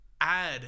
add